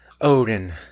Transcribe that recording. Odin